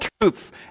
truths